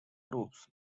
groups